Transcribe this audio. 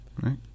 Right